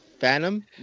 phantom